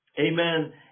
Amen